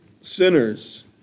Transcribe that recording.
sinners